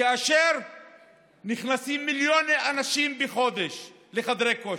כאשר נכנסים מיליוני אנשים בחודש לחדרי כושר.